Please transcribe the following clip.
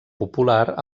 popular